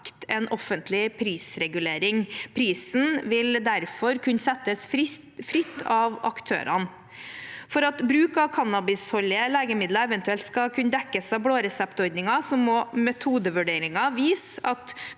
en offentlig prisregulering. Prisen vil derfor kunne settes fritt av aktørene. For at bruk av cannabisholdige legemidler eventuelt skal kunne dekkes av blå resept-ordningen, må metodevurderinger vise at